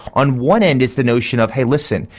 on one end is the notion of hey listen,